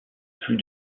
plus